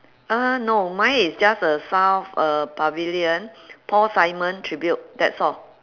uh no my is just a south uh pavilion paul simon tribute that's all